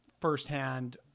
firsthand